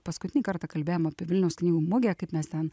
paskutinį kartą kalbėjom apie vilniaus knygų mugę kaip mes ten